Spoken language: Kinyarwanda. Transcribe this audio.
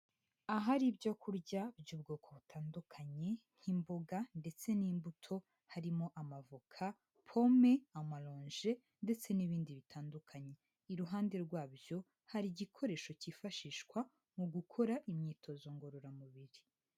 Ahari ibyo kurya by'ubwoko butandukanye nk'imboga ndetse n'imbuto harimo amavoka, pome, amaronje ndetse n'ibindi bitandukanye, iruhande rwabyo hari igikoresho cyifashishwa mu gukora imyitozo ngororamubiri.